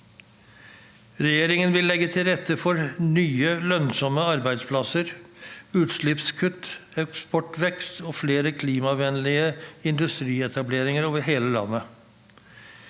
Regjeringen vil legge til rette for nye lønnsomme arbeidsplasser, utslippskutt, eksportvekst og flere klimavennlige industrietableringer over hele landet.